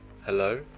Hello